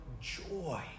joy